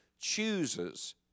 chooses